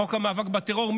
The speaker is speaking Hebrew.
בחוק המאבק בטרור,